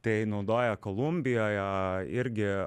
tai naudoja kolumbijoje irgi